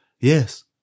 Yes